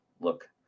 look